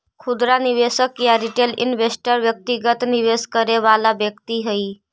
खुदरा निवेशक या रिटेल इन्वेस्टर व्यक्तिगत निवेश करे वाला व्यक्ति हइ